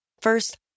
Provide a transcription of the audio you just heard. First